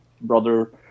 brother